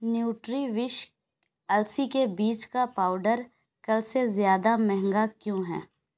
nutri وش السی کے بیج کا پاؤڈر کل سے زیادہ مہنگا کیوں ہے